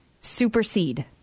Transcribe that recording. Supersede